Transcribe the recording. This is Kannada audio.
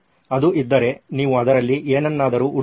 ಅದು ಇದ್ದರೆ ನೀವು ಅದರಲ್ಲಿ ಏನನ್ನಾದರೂ ಹುಡುಕಬಹುದು